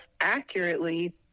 accurately